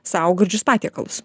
sau gardžius patiekalus